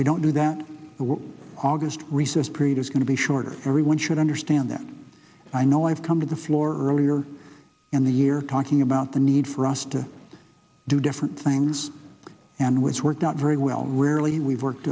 we don't do that august recess period is going to be shorter everyone should understand that i know i've come to the floor earlier in the year conking about the need for us to do different things and which worked out very well rarely we worked